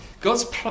God's